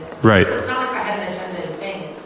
Right